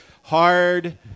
hard